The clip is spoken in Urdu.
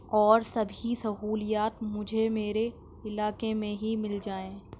اور سبھی سہولیات مجھے میرے علاقے میں ہی مل جائیں